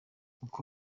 uko